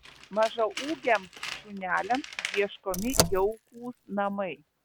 mažaūgiams šuneliams ieškomi jaukūs namai